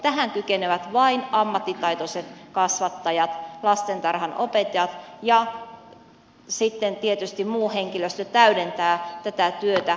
tähän kykenevät vain ammattitaitoiset kasvattajat lastentarhanopettajat ja sitten tietysti muu henkilöstö täydentää tätä työtä